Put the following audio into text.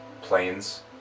planes